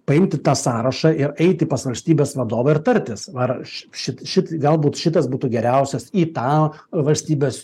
paimti tą sąrašą ir eiti pas valstybės vadovą ir tartis ar aš ši šit šit galbūt šitas būtų geriausias į tą valstybės